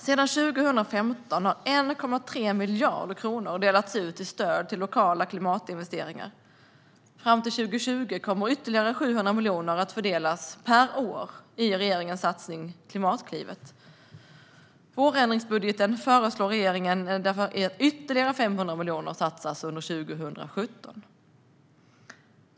Sedan 2015 har 1,3 miljarder kronor delats ut i stöd till lokala klimatinvesteringar. Fram till 2020 kommer ytterligare 700 miljoner per år att fördelas i regeringens satsning Klimatklivet. I vårändringsbudgeten föreslår regeringen att ytterligare 500 miljoner satsas 2017.